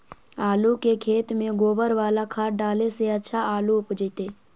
आलु के खेत में गोबर बाला खाद डाले से अच्छा आलु उपजतै?